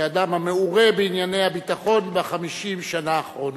כאדם המעורה בענייני הביטחון ב-50 שנה האחרונות.